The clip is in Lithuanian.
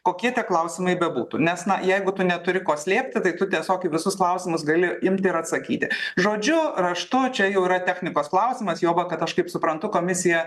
kokie tie klausimai bebūtų nes na jeigu tu neturi ko slėpti tai tu tiesiog visus klausimus gali imti ir atsakyti žodžiu raštu čia jau yra technikos klausimas juoba kad aš kaip suprantu komisija